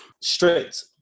strict